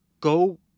go